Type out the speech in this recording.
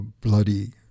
bloody